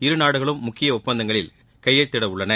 இருநாடுகளும் முக்கிய ஒப்பந்தங்களில் கையெழுத்திடவுள்ளன